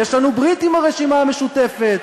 יש לנו ברית עם הרשימה המשותפת.